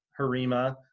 Harima